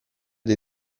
dei